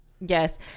Yes